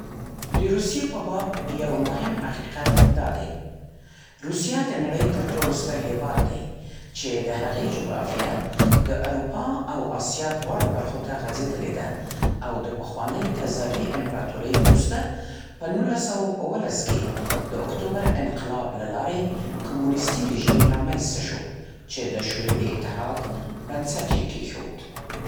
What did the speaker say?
د روسیې په باب یو مهم حقیقت دا دی: روسیه د نړۍ تر ټولو ستر هېواد دی، چې د هغې جغرافیه د اروپا او آسیا دواړو برخو ته غځېدلې ده او د پخوانۍ تزاري امپراتورۍ وروسته، په نولس سوه اوه لس کې د اکتوبر انقلاب له لارې کمونیستي رژیم رامنځته شو، چې د شوروي اتحاد بنسټ یې کېښود.